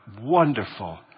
wonderful